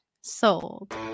Sold